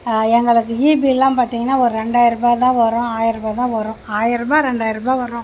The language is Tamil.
எங்களுக்கு ஈபியெல்லாம் பார்த்தீங்கனா ஒரு ரெண்டாயிரம் ரூபாய்தான் வரும் ஆயிரம் ரூபாய்தான் வரும் ஆயிரம் ரூபாய் ரெண்டாயிரம் ரூபாய் வரும்